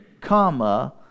comma